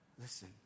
Listen